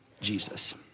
Jesus